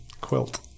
quilt